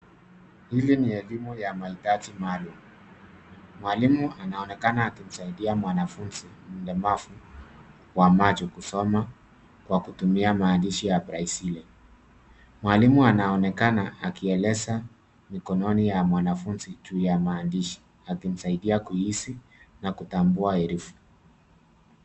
Hii ni elimu ya mahitaji malum. Mwalimu anaonekana akimsaidia mwanafunzi mlemavu wa macho kusoma kwa kutumia maandishi ya braille. Mwalimu anaonekana akieleza mikononi ya mwanafunzi juu ya maandishi akimsaidia kuhisi na kutambua herufi.